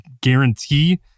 guarantee